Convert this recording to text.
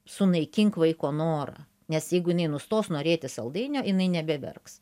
sunaikink vaiko norą nes jeigu jinai nustos norėti saldainio jinai nebeverks